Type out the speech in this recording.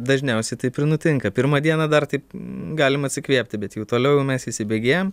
dažniausiai taip ir nutinka pirmą dieną dar taip galima atsikvėpti bet jau toliau jau mes įsibėgėjam